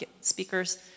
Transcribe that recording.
speakers